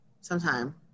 sometime